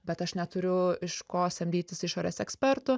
bet aš neturiu iš ko samdytis išorės ekspertų